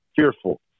fearful